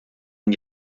een